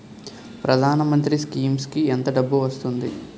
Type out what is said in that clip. ప్రధాన మంత్రి స్కీమ్స్ కీ ఎంత డబ్బు వస్తుంది?